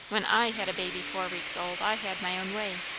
when i had a baby four weeks old, i had my own way.